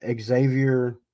Xavier